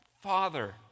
Father